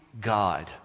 God